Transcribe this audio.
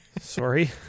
Sorry